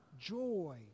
joy